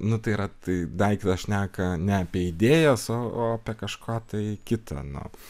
nu tai yra tai daiktas šneka ne apie idėjas o o apie kažką tai kita nu